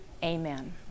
Amen